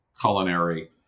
culinary